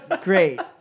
great